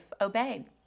obeyed